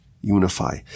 unify